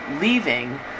leaving